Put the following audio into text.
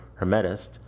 hermetist